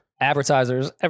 advertisers